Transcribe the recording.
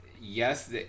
yes